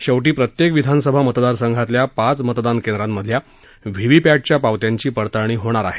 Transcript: savoury प्रत्येक विधानसभा मतदारसंघातल्या पाच मतदान केंद्रांमधल्या व्हीव्हीपॅडिया पावत्यांची पडताळणी होणार आहे